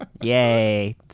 yay